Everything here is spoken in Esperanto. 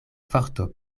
forto